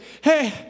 hey